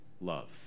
love